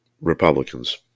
Republicans